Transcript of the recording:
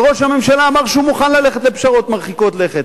וראש הממשלה אמר שהוא מוכן ללכת לפשרות מרחיקות לכת,